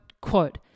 quote